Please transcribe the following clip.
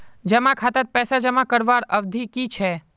जमा खातात पैसा जमा करवार अवधि की छे?